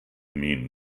mean